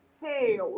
hey